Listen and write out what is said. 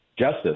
justice